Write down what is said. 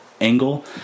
angle